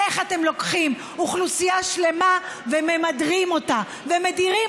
איך אתם לוקחים אוכלוסייה שלמה וממדרים אותה ומדירים